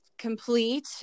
complete